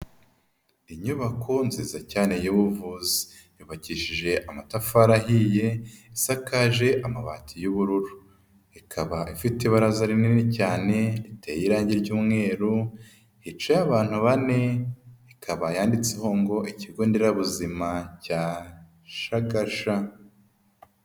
Inyubako nziza cyane y'ubuvuzi yubakishije amatafari ahiye isakaje amabati y'ubururu, ikaba ifite ibaraza rinini cyane riteye irange ry'umweru hicaye abantu bane ikaba yanditseho ngo Ikigo nderabuzima cya Shagasha.